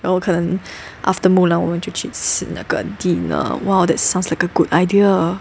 然后可能 after Mulan 我们就去吃那个 dinner !wow! that sounds like a good idea